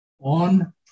on